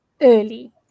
early